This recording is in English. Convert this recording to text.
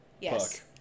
yes